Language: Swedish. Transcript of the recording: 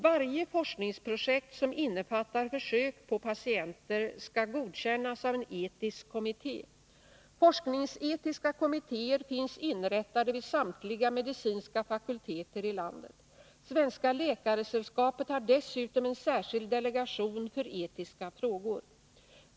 Varje forskningsprojekt som innefattar försök på patienter skall godkännas av en etisk kommitté. Forskningsetiska kommittéer finns inrättade vid samtliga medicinska fakulteter i landet. Svenska läkaresällskapet har dessutom en särskild delegation för etiska frågor.